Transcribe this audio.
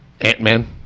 Ant-Man